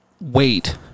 wait